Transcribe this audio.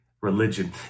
religion